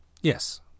Yes